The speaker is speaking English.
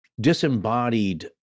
disembodied